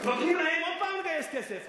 נותנים להם עוד פעם לגייס כסף.